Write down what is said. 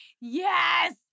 Yes